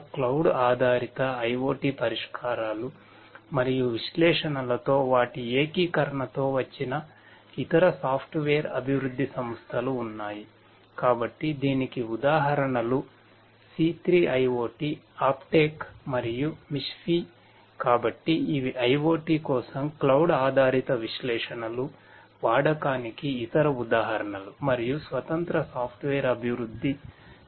కాబట్టి దీనికి ఉదాహరణలు C3 IoT అప్టేక్ అభివృద్ధి సంస్థలు అభివృద్ధి చేశాయి